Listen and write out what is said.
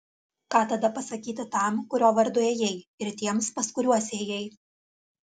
ką tada pasakyti tam kurio vardu ėjai ir tiems pas kuriuos ėjai